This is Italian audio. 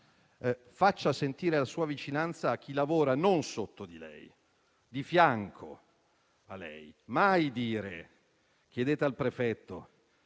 faccia sentire la sua vicinanza a chi lavora non sotto di lei, ma di fianco a lei. Mai dire: chiedete al prefetto,